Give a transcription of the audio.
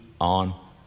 on